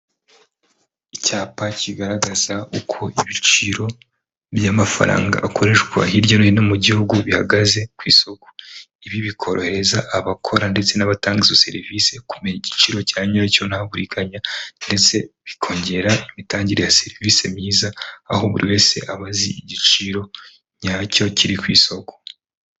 Icyapa kigaragaza uko ibiciro by'amafaranga akoreshwa hirya no hino mu gihugu bihagaze ku isoko. Ibi bikorohereza abakora ndetse n'abatanga izo serivisi kumenya igiciro cya nyacyo nta buriganya ndetse bikongera imitangire ya serivisi myiza aho buri wese aba azi igiciro nyacyo kiri ku isoko.